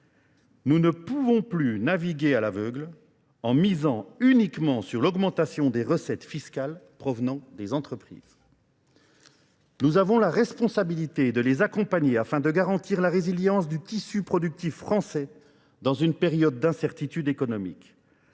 Nous ne pouvons plus naviguer à l'aveugle en misant uniquement sur l'augmentation des recettes fiscales provenant des entreprises. Nous avons la responsabilité de les accompagner afin de garantir la résilience du tissu productif français dans une période d'incertitude économique.